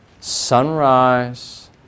sunrise